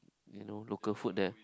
you know local food there